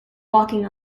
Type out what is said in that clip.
walking